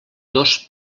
dos